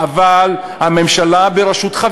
אבל הממשלה בראשותך,